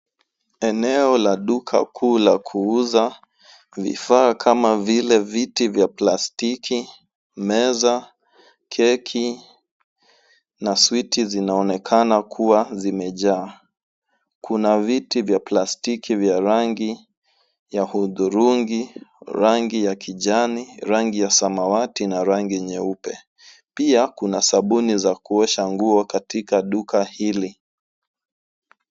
Eneo la duka kuu la kuuza vifaa kama vile viti vya plastiki, meza, keki na switi zinaonekana kuwa zimejaa. Kuna viti vya plastiki vya rangi ya hudhurungi, rangi ya kijani, rangi ya samawati na rangi nyeupe. Pia kuna sabuni za kuosha nguo katika duka hili.